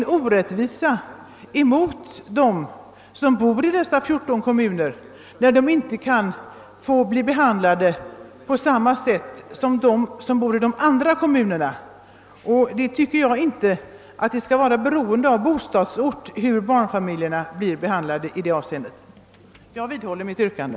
Men för de människor som bor i dessa 14 kommuner innebär det ju ändå en orättvisa att de inte kan bli behandlade på samma sätt som familjer i de andra kommunerna. Jag anser att det inte skall vara beroende av bostadsort hur barnfamiljerna blir behandlade i det avseendet. Herr talman! Jag vidhåller mitt yrkande.